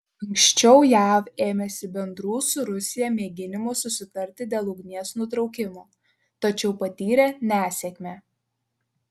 anksčiau jav ėmėsi bendrų su rusija mėginimų susitarti dėl ugnies nutraukimo tačiau patyrė nesėkmę